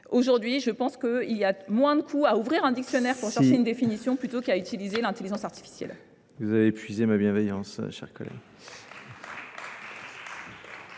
Aujourd'hui, je pense qu'il y a moins de coût à ouvrir un dictionnaire pour sortir une définition plutôt qu'à utiliser l'intelligence artificielle. Vous avez épuisé ma bienveillance, chers collègues.